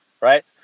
right